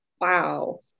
Wow